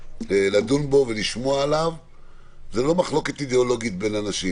זאת לא מחלוקת אידיאולוגית בין אנשים.